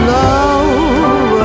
love